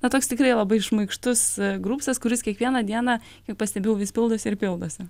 na toks tikrai labai šmaikštus grupsas kuris kiekvieną dieną kaip pastebėjau vis pildosi ir pildosi